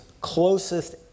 closest